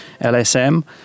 LSM